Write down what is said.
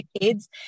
kids